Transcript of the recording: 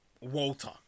walter